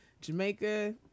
Jamaica